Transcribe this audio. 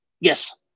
Yes